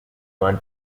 one